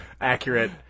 accurate